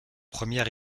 première